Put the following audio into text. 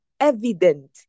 evident